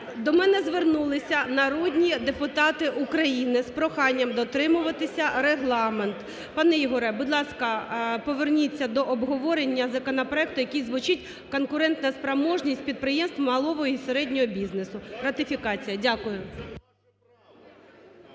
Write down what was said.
До мене звернулися народні депутати України з проханням дотримуватися регламенту. Пане Ігоре, будь ласка, повернуться до обговорення законопроекту, який звучить "конкурентна спроможність малого і середнього бізнесу", ратифікація. Дякую.